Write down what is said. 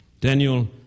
Daniel